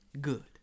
Good